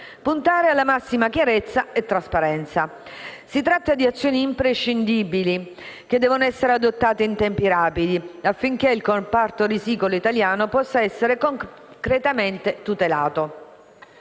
puntare alla massima chiarezza e trasparenza. Si tratta di azioni imprescindibili che devono essere adottate in tempi rapidi, affinché il comparto risicolo italiano possa essere concretamente tutelato.